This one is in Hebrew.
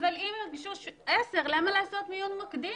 אבל אם הוגשו עשר למה לעשות מיון מקדים?